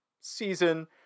season